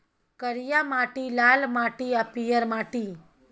करिया माटि, लाल माटि आ पीयर माटि